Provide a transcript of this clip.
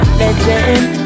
legend